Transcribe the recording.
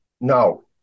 no